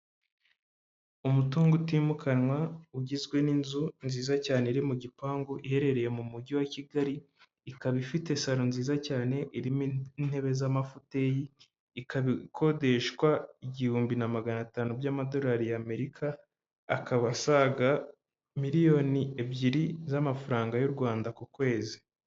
Umutungo utimukanwa ugizwe n'inzu nziza cyane iri mu gipangu iherereye mu mujyi wa Kigali, ikaba ifite saro nziza cyane irimo intebe z'amafuteyi, ikaba ikodeshwa igihumbi na magana atanu by'amadorari y'Amerika, akaba asaga miliyoni ebyiri z'amafaranga y'u Rwanda ku kwezi.